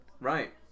Right